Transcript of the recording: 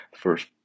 first